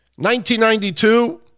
1992